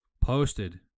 posted